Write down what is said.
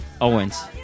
Owens